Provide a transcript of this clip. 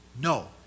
No